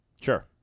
Sure